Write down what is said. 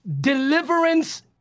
deliverance